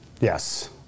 Yes